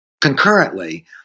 concurrently